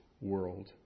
world